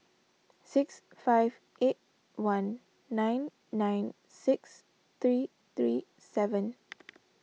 six five eight one nine nine six three three seven